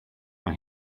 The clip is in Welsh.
mae